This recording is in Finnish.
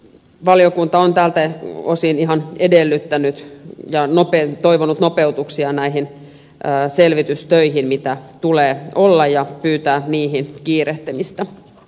valiokunta on tältä osin ihan edellyttänyt ja toivonut nopeutuksia näihin selvitystöihin mitä tulee olla ja pyytää niiden kiirehtimistä